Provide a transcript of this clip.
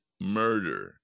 murder